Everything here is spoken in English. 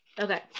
okay